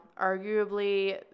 arguably